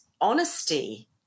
honesty